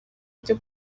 byo